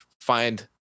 find